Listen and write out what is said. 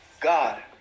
God